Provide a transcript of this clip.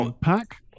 pack